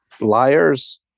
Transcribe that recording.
liars